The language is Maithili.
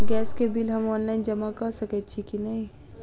गैस केँ बिल हम ऑनलाइन जमा कऽ सकैत छी की नै?